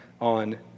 on